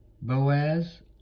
Boaz